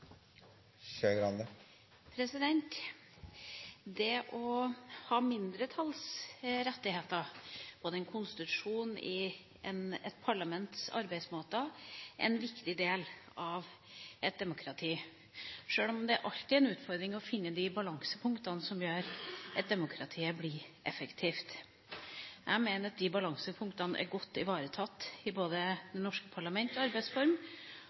2007–2008. Det å ha mindretallsrettigheter når det gjelder konstitusjonen i et parlaments arbeidsmåter, er en viktig del av et demokrati, sjøl om det alltid er en utfordring å finne de balansepunktene som gjør at demokratiet blir effektivt. Jeg mener at de balansepunktene er godt ivaretatt i både det norske parlamentets arbeidsform og